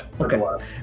okay